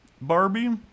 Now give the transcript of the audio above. Barbie